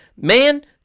man